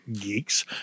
geeks